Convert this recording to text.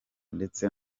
ndetse